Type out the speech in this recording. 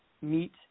meet